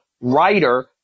writer